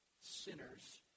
sinners